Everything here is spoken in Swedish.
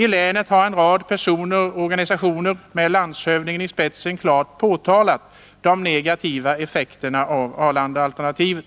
I länet har en rad personer och organisationer med landshövdingen i spetsen klart påtalat de negativa effekterna av Arlandaalternativet.